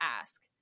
ask